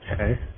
Okay